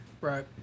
right